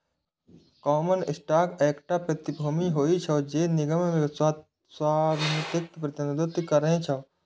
common stock एकटा प्रतिभूति होइ छै, जे निगम मे स्वामित्वक प्रतिनिधित्व करै छै